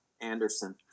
Anderson